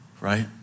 right